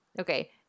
Okay